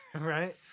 Right